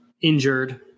Injured